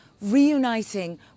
reuniting